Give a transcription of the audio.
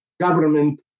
government